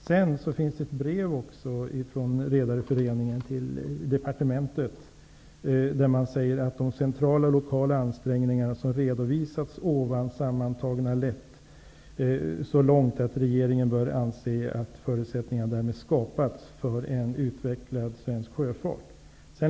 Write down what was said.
Det har också skickats ett brev från Redareföreningen till departementet där det sägs: ''-- att de centrala och lokala ansträngningar som redovisats ovan sammantagna lett så långt att regeringen bör anse att förutsättningar därmed skapats ''för en utvecklad svensk sjöfart' --.''